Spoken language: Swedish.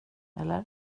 eller